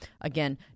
again